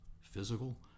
physical